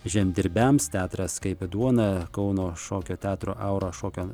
žemdirbiams teatras kaip duona kauno šokio teatro aura šokio